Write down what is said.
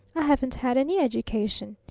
i haven't had any education.